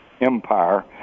Empire